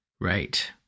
Right